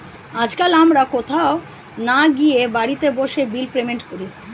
আজকাল আমরা কোথাও না গিয়ে বাড়িতে বসে বিল পেমেন্ট করি